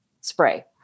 spray